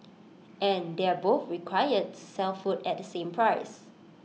and they're both required to sell food at the same price